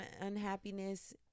unhappiness